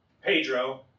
Pedro